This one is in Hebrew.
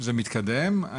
זה מתקדם.